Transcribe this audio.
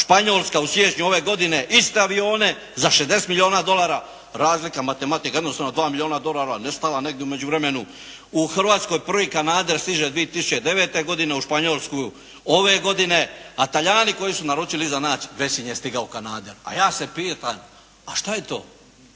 Španjolska u siječnju ove godine iste avione za 60 milijona dolara, razlika matematika jednostavno 2 milijona dolara ne spava negdje u međuvremenu u Hrvatskoj. Prvi kanader stiže 2009. godine, u Španjolsku godine, a Talijani koji su naručili iza nas već im je stigao kanader. A ja se pitam a šta je to?